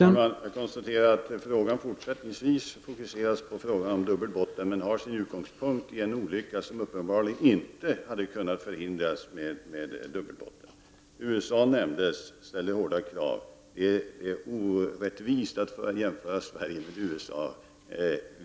Herr talman! Jag konstaterar att frågan fortsättningsvis fokuseras på frågan om dubbelbottnade fartyg, men har sin utgångspunkt i en olycka som uppenbarligen inte hade kunnat förhindras med dubbelbotten. USA nämndes, och det sades att man där ställer hårda krav. Det är orättvist att jämföra Sverige med USA.